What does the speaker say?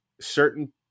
certain